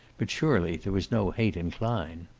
but surely there was no hate in klein.